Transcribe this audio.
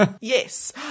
yes